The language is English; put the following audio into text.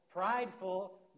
prideful